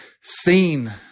seen